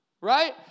right